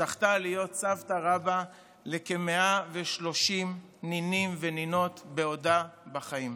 זכתה להיות סבתא רבתא לכ-130 נינים ונינות בעודה בחיים.